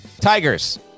Tigers